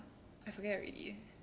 forget already